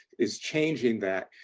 is changing that.